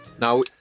Now